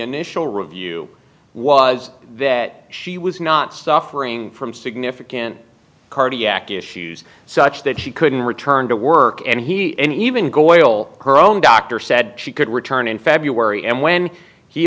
initial review was that she was not suffering from significant cardiac issues such that she couldn't return to work and he and even go awol her own doctor said she could return in february and when he